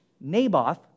Naboth